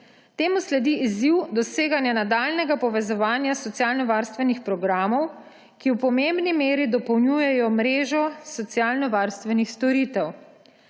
Temu sledi izziv doseganja nadaljnjega povezovanja socialnovarstvenih programov, ki v pomembni meri dopolnjujejo mrežo socialnovarstvenih storitev.